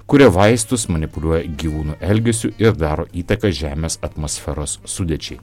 kuria vaistus manipuliuoja gyvūnų elgesiu ir daro įtaką žemės atmosferos sudėčiai